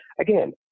again